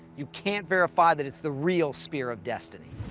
you can't verify that it's the real spear of destiny.